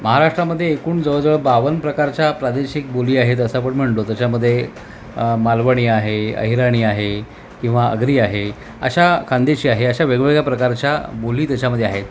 महाराष्ट्रामध्ये एकूण जवळजवळ बावन्न प्रकारच्या प्रादेशिक बोली आहेत असं आपण म्हणालो त्याच्यामध्ये मालवणी आहे अहिराणी आहे किंवा आगरी आहे अशा खानदेशी आहे अशा वेगवेगळ्या प्रकारच्या बोली त्याच्यामध्ये आहेत